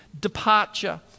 departure